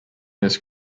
this